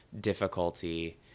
difficulty